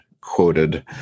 quoted